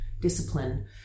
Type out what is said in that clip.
discipline